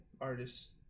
artists